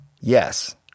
yes